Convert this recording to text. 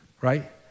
right